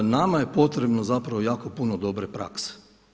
Nama je potrebno zapravo jako puno dobre prakse.